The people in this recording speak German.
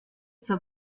zur